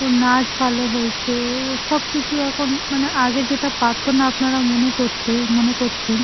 ওর নাচ ভালো হয়েছে ওর সব কিছু এখন মানে আগে যেটা পারত না আপনারা মনে করতে মনে করছেন